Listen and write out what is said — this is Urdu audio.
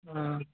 ہاں